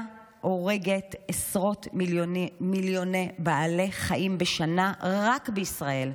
ההורגת עשרות מיליוני בעלי חיים בשנה רק בישראל,